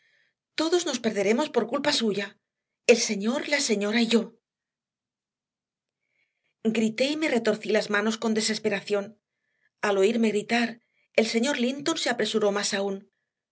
todos nos perderemos por culpa suya el señor la señora y yo grité y me retorcí las manos con desesperación al oírme gritar el señor linton se apresuró más aún